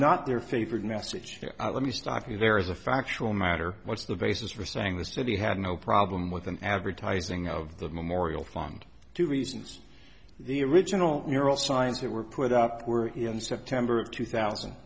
not their favorite message let me stop you there is a factual matter what's the basis for saying the city had no problem with an advertising of the memorial fund two reasons the original near all signs that were put up were in september of two thousand